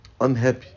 unhappy